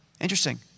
Interesting